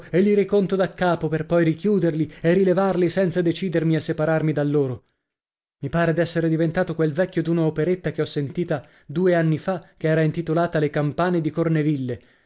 e li riconto daccapo per poi richiuderli e rilevarli senza decidermi a separarmi da loro i pare d'essere diventato quel vecchio d'una operetta che ho sentita due anni fa che era intitolata le campane di corneville